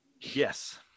Yes